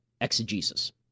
exegesis